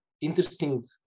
interesting